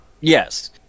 Yes